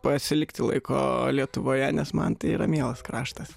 pasilikti laiko lietuvoje nes man tai yra mielas kraštas